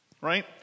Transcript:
Right